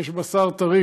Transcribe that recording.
בשר טרי,